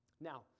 Now